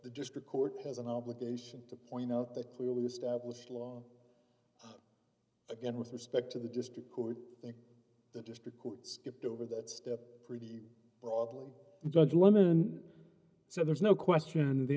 the district court has an obligation to point out that clearly established law again with respect to the district court the district court skipped over that step pretty broadly judge lemon so there's no question the